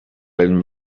been